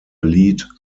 lied